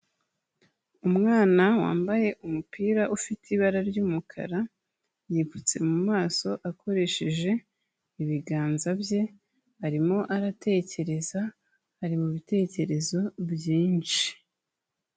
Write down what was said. Umwana wambaye umupira ufite ibara ry'umukara, yipfutse mu maso akoresheje ibiganza bye, arimo aratekereza ,ari mu bitekerezo byinshi.